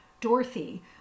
Dorothy